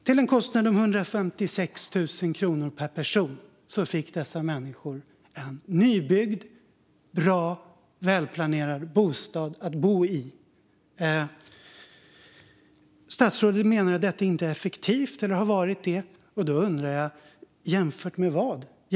Till en kostnad av 156 000 kronor per person fick dessa människor en nybyggd, bra och välplanerad bostad att bo i. Statsrådet menar att detta inte är effektivt, eller har varit det. Då undrar jag: Jämfört med vad?